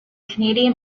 canadian